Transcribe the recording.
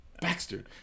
Baxter